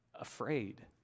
afraid